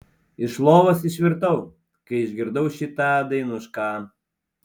iš lovos išvirtau kai išgirdau šitą dainušką